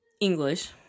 English